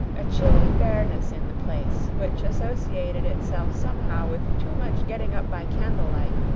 a chilly bareness in the place, which associated itself somehow with too much getting up by candle-light,